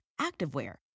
activewear